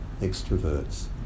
extroverts